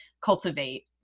cultivate